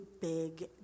big